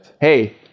Hey